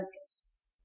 focus